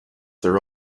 their